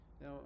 Now